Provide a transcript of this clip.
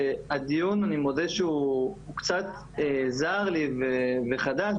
אני מודה שהדיון קצת זר לי וחדש,